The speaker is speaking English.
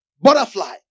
butterfly